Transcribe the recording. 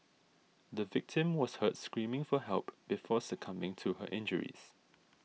the victim was heard screaming for help before succumbing to her injuries